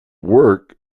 work